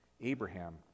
Abraham